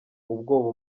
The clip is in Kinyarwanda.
ubwoba